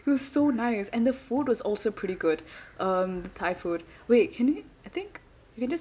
it was so nice and the food was also pretty good um the thai food wait can we I think we can just